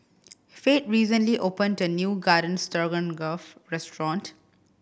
Fate recently opened a new Garden Stroganoff restaurant